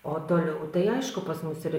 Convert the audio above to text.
o toliau tai aišku pas mus ir